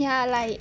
ya like